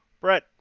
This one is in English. Brett